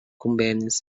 convenis